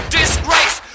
disgrace